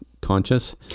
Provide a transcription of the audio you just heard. conscious